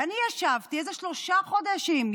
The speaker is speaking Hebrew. ואני ישבתי שלושה חודשים,